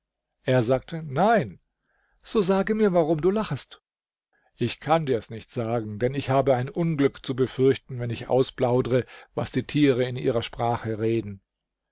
er sagte nein so sage mir warum du lachest ich kann dir's nicht sagen denn ich habe ein unglück zu befürchten wenn ich ausplaudre was die tiere in ihrer sprache reden